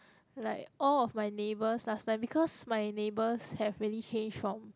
like all of my neighbours last time because my neighbours have really changed from